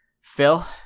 phil